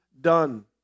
done